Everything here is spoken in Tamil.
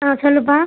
ஆ சொல்லுப்பா